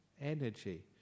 energy